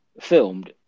filmed